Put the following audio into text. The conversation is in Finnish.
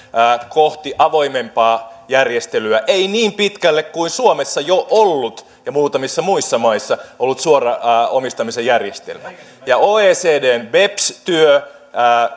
kohti avoimempaa järjestelyä vaikkei niin pitkälle kuin suomessa ja muutamissa muissa maissa jo ollut suoran omistamisen järjestelmä ja oecdn beps työ